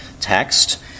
text